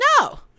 No